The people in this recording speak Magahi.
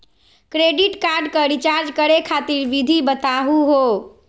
क्रेडिट कार्ड क रिचार्ज करै खातिर विधि बताहु हो?